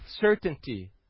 certainty